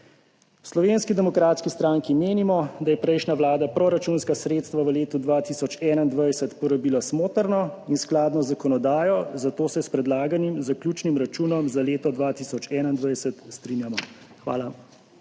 V Slovenski demokratski stranki menimo, da je prejšnja vlada proračunska sredstva v letu 2021 porabila smotrno in skladno z zakonodajo, zato se s predlaganim zaključnim računom za leto 2021 strinjamo. Hvala.